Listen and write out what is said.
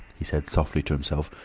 he said softly to himself.